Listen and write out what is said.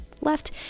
left